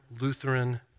Lutheran